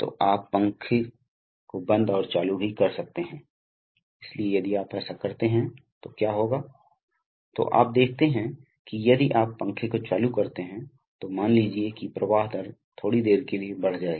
और हाइड्रोलिक विज्ञान के बहुत ही समान फिर हम कंप्रेशर्स को देखते हैं कंप्रेशर्स ऐसी मशीनें हैं जो एक इनलेट दबाव से गैसों को संपीड़ित करने के लिए डिज़ाइन की गई हैं जो आम तौर पर वायुमंडलीय है